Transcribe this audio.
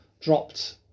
dropped